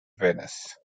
venus